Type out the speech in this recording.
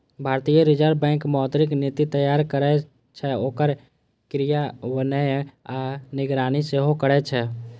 भारतीय reserve bank मौद्रिक नीति तैयार करै छै, ओकर क्रियान्वयन आ निगरानी सेहो करै छै